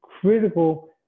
critical